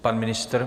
Pan ministr?